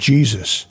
Jesus